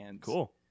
Cool